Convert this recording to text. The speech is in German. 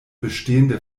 bestehende